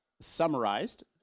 Summarized